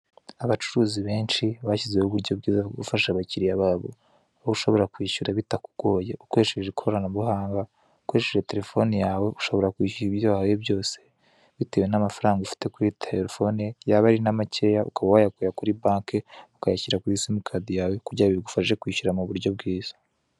Abacuruzi benshi bashyizeho uburyo bwiza bwo gufasha abakiriya babo aho ushobora kwishyura bitakugoye ukoresheje ikoranabuhanga, ukoresheje terefone yawe ushobora kwishyura ibyo wahashye byose bitewe n'amafaranga ufite kuri terefone yaba ari na makeya ukaba wayakura kuri banke ukayashyira kuri simukadi yawe kugira bigufashe kwishyura mu buryo bwiza.